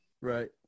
Right